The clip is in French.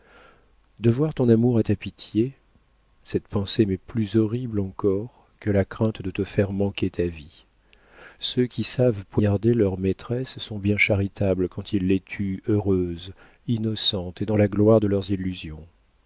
tirée devoir ton amour à ta pitié cette pensée m'est plus horrible encore que la crainte de te faire manquer ta vie ceux qui savent poignarder leurs maîtresses sont bien charitables quand ils les tuent heureuses innocentes et dans la gloire de leurs illusions